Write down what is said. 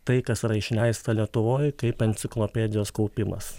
tai kas yra išleista lietuvoj kaip enciklopedijos kaupimas